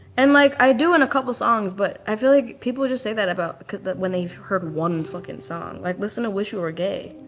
and like, i do in a couple songs, but i feel like people just say that about when they've heard one fucking song. like, listen to wish you were gay.